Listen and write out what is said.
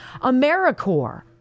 AmeriCorps